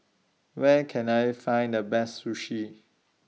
Where Can I Find The Best Sushi